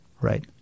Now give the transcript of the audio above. right